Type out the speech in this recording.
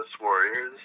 warriors